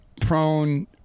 prone